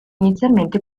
inizialmente